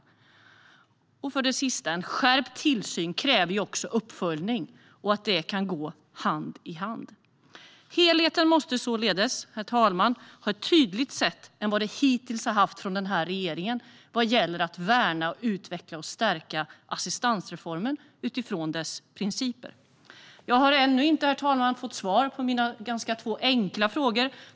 För det sjätte handlar det om att en skärpt tillsyn också kräver uppföljning och att de kan gå hand i hand. Herr talman! Synen på helheten måste således vara tydligare än vad den hittills har varit från den här regeringen när det gäller att värna, utveckla och stärka assistansreformen utifrån dess principer. Herr talman! Jag har ännu inte fått svar på mina två ganska enkla frågor.